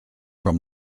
from